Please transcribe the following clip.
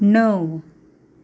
णव